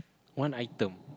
one item